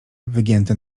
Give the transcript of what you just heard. wygięte